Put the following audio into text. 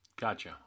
Gotcha